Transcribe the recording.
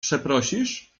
przeprosisz